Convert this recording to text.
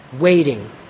waiting